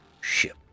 ship